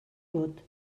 vot